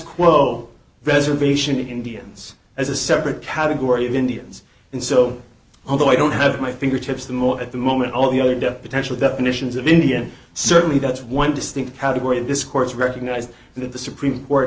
quo reservation indians as a separate category of indians and so although i don't have my fingertips them all at the moment all the other potential definitions of india certainly that's one distinct out of this court's recognized that the supreme court